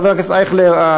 חבר הכנסת אייכלר,